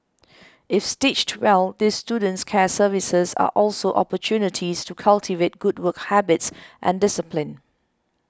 if stitched well these student care services are also opportunities to cultivate good work habits and discipline